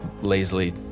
lazily